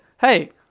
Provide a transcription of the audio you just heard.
hey